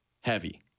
heavy